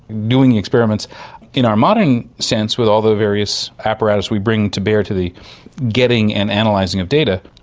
doing experiments in our modern sense with all the various apparatus we bring to bear to the getting and and analysing of data,